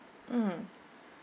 mm